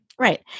Right